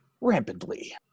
rampantly